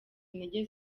intege